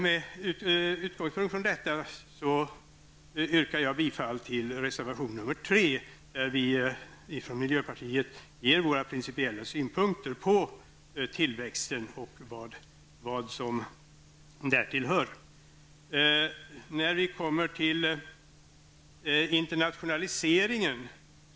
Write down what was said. Med utgångspunkt i detta yrkar jag bifall till reservation 3, där vi från miljöpartiet ger våra principiella synpunkter på tillväxten och vad som där tillhör. Vidare har vi frågan om internationaliseringen.